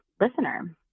listener